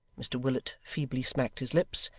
mr willet feebly smacked his lips,